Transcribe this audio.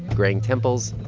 graying temples,